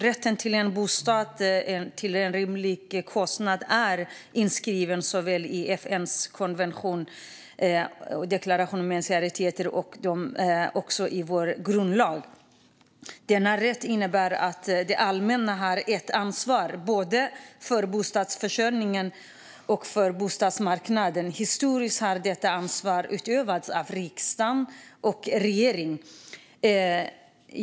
Rätten till en bostad till en rimlig kostnad är inskriven såväl i FN:s deklaration om de mänskliga rättigheterna som i vår grundlag. Denna rätt innebär att det allmänna har ett ansvar både för bostadsförsörjningen och för bostadsmarknaden. Historiskt har detta ansvar utövats av riksdagen och regeringen.